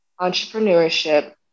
Entrepreneurship